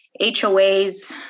HOAs